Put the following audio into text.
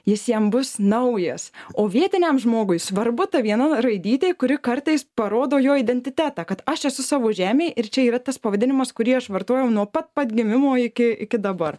jis jam bus naujas o vietiniam žmogui svarbu ta viena raidytė kuri kartais parodo jo identitetą kad aš esu savo žemėj ir čia yra tas pavadinimas kurį aš vartojau nuo pat pat gimimo iki iki dabar